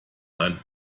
ein